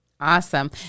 Awesome